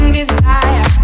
desire